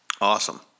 Awesome